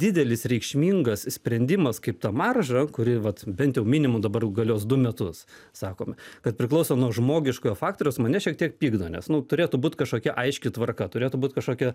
didelis reikšmingas sprendimas kaip ta marža kuri vat bent jau minimum dabar jau galios du metus sakome kad priklauso nuo žmogiškojo faktoriaus mane šiek tiek pykdo nes nu turėtų būt kažkokia aiški tvarka turėtų būti kažkokia